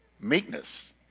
Meekness